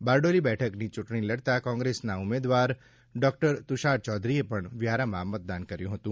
બારડોલી બેઠકથી ચૂંટણી લડતા કોંગ્રેસ ઉમેદવાર ડોકટર તુષાર ચૌધરીએ પણ વ્યારામાં મતદાન કર્યું હતું